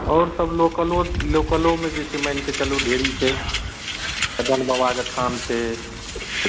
आओर सभ लोकलो लोकलोमे जे छै मानि कऽ चलू ढेरी छै कदम बाबाके थान छै